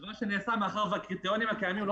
זה נעשה מאחר שהקריטריונים הקיימים לא